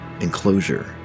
enclosure